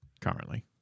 currently